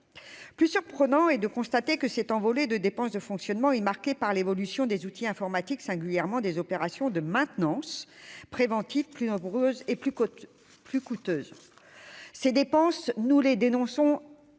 plus surprenant est de constater que cette envolée de dépenses de fonctionnement et marqué par l'évolution des outils informatiques, singulièrement des opérations de maintenance préventive plus nombreuses et plus autre plus coûteuse, ces dépenses, nous les dénonçons non